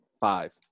five